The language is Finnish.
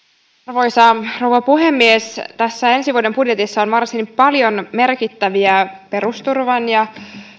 rouva puhemies tässä ensi vuoden budjetissa on varsin paljon merkittäviä perusturvan ja